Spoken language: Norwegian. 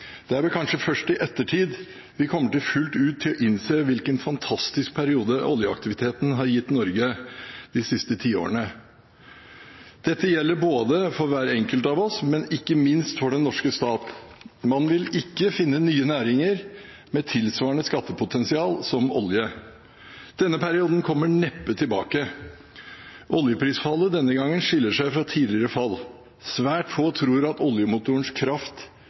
Det er vel kanskje først i ettertid vi fullt ut kommer til å innse hvilken fantastisk periode oljeaktiviteten har gitt Norge de siste tiårene. Dette gjelder både for hver enkelt av oss og ikke minst for den norske stat. Man vil ikke finne nye næringer med tilsvarende skattepotensial som olje. Denne perioden kommer neppe tilbake. Oljeprisfallet denne gangen skiller seg fra tidligere fall. Svært få tror at oljemotorens kraft